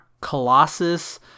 Colossus